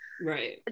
Right